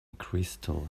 crystal